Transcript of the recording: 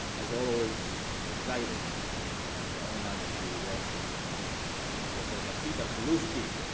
as always, excited and honored to welcome professor peter pilewskie